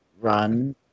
run